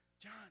John